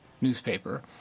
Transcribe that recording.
newspaper